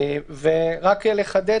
נחדד